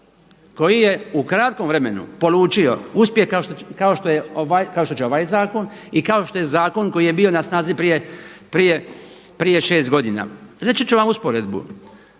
koji je u kratkom vremenu polučio uspjeh kao što će ovaj zakon i kao što je zakon koji je bio na snazi prije šest godina. Reći ću vam usporedbu,